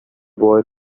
boy